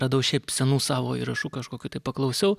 radau šiaip senų savo įrašų kažkokių tai paklausiau